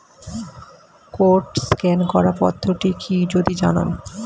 Code scan করার পদ্ধতিটি কি যদি জানান?